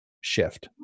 shift